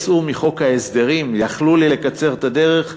שיצאו מחוק ההסדרים יכלו לקצר לי את הדרך.